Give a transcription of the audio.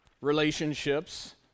relationships